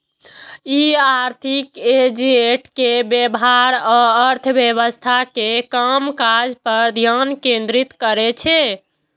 ई आर्थिक एजेंट के व्यवहार आ अर्थव्यवस्था के कामकाज पर ध्यान केंद्रित करै छै